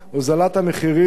הוזלת המחירים,